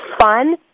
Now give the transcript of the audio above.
fun